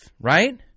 right